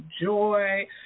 joy